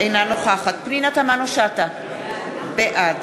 אינה נוכחת פנינה תמנו-שטה, בעד